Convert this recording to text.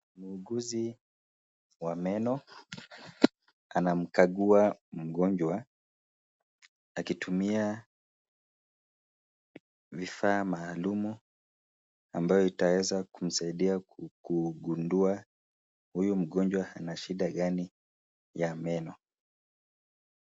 Muuguzi wa meno anamkagua mgonjwa akitumia vifaa maalumu ambayo itaweza kumsaidia kugundua huyu mgonjwa Ako na shida Gani ya meno.